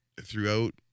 throughout